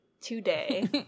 today